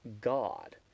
God